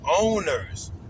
owners